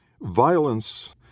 Violence